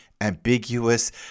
ambiguous